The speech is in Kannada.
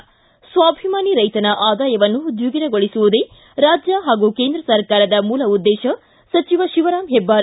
ಿ ಸ್ವಾಭಿಮಾನಿ ರೈತನ ಆದಾಯವನ್ನು ದ್ವಿಗುಣಗೊಳಿಸುವುದೇ ರಾಜ್ಯ ಹಾಗೂ ಕೇಂದ್ರ ಸರಕಾರದ ಮೂಲ ಉದ್ದೇಶ ಸಚಿವ ಶಿವರಾಮ್ ಹೆಬ್ಬಾರ್